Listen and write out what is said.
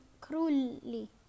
cruelly